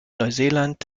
neuseeland